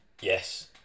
Yes